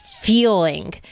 Feeling